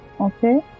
okay